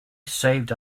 saved